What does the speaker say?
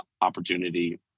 opportunity